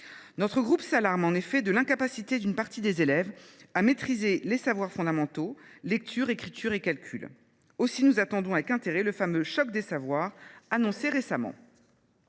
notre groupe s’alarment en effet de l’incapacité d’une partie des élèves à maîtriser les savoirs fondamentaux – lecture, écriture et calcul. Nous attendons avec intérêt le fameux « choc des savoirs » annoncé récemment.